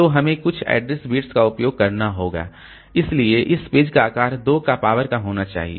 तो हमें कुछ एड्रेस बिट्स का उपयोग करना होगा इसलिए इस पेज का आकार 2 का पावर का होना चाहिए